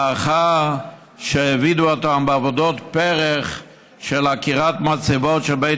לאחר שהעבידו אותם בעבודות פרך של עקירת מצבות של בית